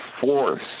force